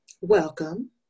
Welcome